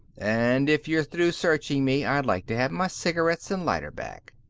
and if you're through searching me, i'd like to have my cigarettes and lighter back.